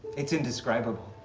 it's indescribable.